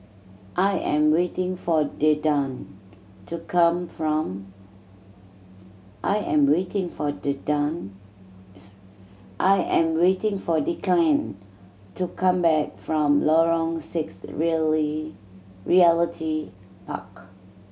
I am waiting for to come from I am waiting for I am waiting for Declan to come back from Lorong six Really Realty Park